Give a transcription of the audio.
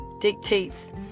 dictates